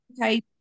okay